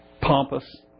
pompous